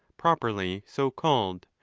properly so called,